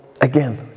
again